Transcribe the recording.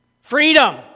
Freedom